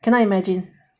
cannot imagine